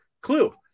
Clue